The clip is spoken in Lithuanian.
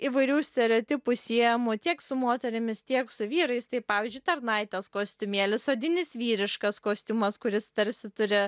įvairių stereotipų siejamų tiek su moterimis tiek su vyrais tai pavyzdžiui tarnaitės kostiumėlis odinis vyriškas kostiumas kuris tarsi turi